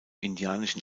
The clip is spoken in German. indianischen